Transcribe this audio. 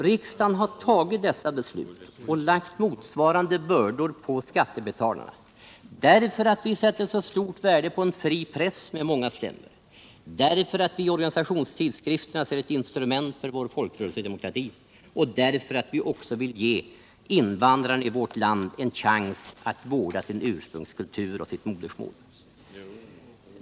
Riksdagen har tagit dessa beslut och lagt motsvarande bördor på skattebetalarna därför att vi sätter så stort värde på en fri press med många stämmor, därför att vi i organisationstidskrifterna ser ett instrument för vår folkrörelsedemokrati och därför att vi också vill ge invandrarna i vårt land en chans att vårda sin ursprungskultur och sitt modersmål.